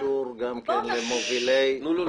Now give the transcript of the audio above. קשור למובילים.